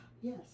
Yes